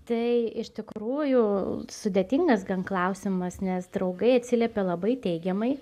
tai iš tikrųjų sudėtingas gan klausimas nes draugai atsiliepia labai teigiamai